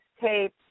tape